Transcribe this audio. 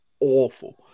awful